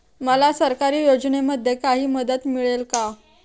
मला सरकारी योजनेमध्ये काही मदत मिळेल का?